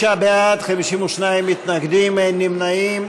45 בעד, 52 מתנגדים, אין נמנעים.